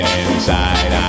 inside